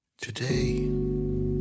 Today